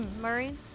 Murray